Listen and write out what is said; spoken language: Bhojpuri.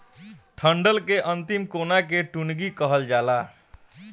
डंठल के अंतिम कोना के टुनगी कहल जाला